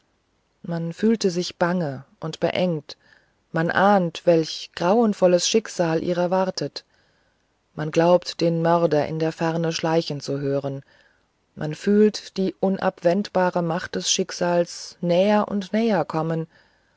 man fühlt sich bange und beengt man ahnt welch grauenvolles schicksal ihrer warte man glaubt den mörder in der ferne schleichen zu hören man fühlt die unabwendbare macht des schicksals näher und näher kommen